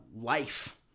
life